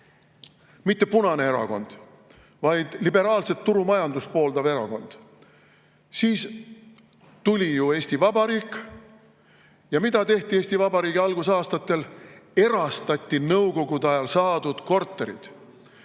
mitte punane erakond, vaid liberaalset turumajandust pooldav erakond, siis tuli ju Eesti Vabariik. Ja mida tehti Eesti Vabariigi algusaastatel? Erastati Nõukogude ajal saadud korterid.